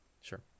Sure